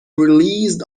released